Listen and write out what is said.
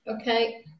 Okay